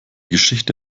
geschichte